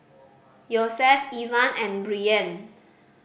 Yosef Ivan and Brien